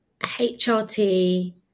HRT